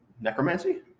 necromancy